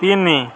ତିନି